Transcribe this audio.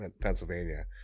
Pennsylvania